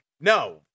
no